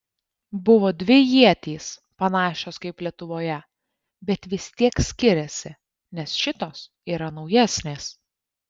buvo dvi ietys panašios kaip lietuvoje bet vis tiek skiriasi nes šitos yra naujesnės